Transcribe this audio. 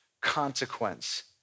consequence